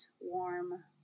warm